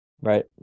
right